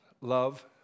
love